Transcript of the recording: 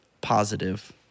positive